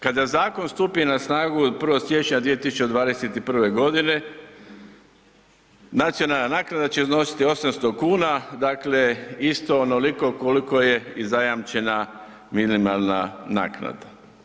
Kada zakon stupi na snagu od 1.siječnja 2021.godine nacionalna naknada će iznositi 800 kuna, dakle isto onoliko koliko je i zajamčena minimalna naknada.